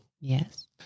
Yes